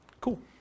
Cool